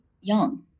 young